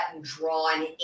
drawn